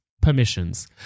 permissions